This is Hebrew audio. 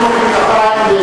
תודה, אין מוחאים כפיים.